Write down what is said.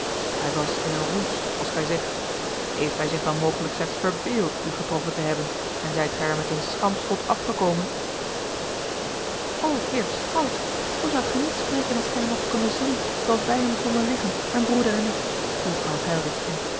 hij was in een roes als gij zegt heeft hij zich dan mogelijk slechts verbeeld u getroffen te hebben en zijt gij er met een schampschot afgekomen och heer schout zoo zoudt gij niet spreken als gij hem hadt konnen zien zooals wij hem vonden liggen mijn broeder en ik viel vrouw heilwich in